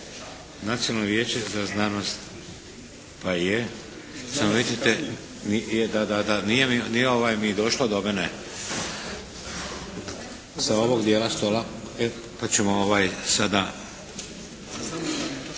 Nacionalno vijeće za znanost. Pa je, samo recite da, da, da. Nije mi, nije ovaj mi došlo do mene sa ovog dijela stola. To ćemo sada.